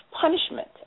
punishment